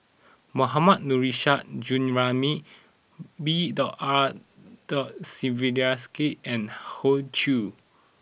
Mohammad Nurrasyid Juraimi B R Sreenivasan and Hoey Choo